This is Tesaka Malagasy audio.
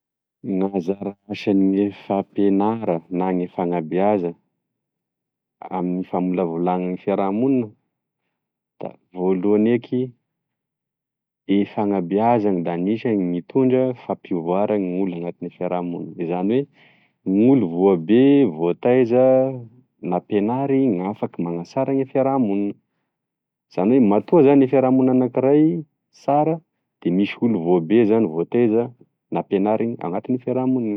Gn'anzara asagne fampenara na gne fanabeaza aminy famolavolany gne fiaramonina da voaloany eky e fanabeazany da anisany mitondra fampivoarany gn'olo anatigne firamonina zany oe gn'olo voabe, voataiza, nampenary gn'afaky manasara gne fiaramonina zany oe matoa zany e fiaramonina anakiray sara de misy olo voabe zany voataiza nampenary anatigne fiaramoniny.